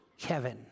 Kevin